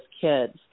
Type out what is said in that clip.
kids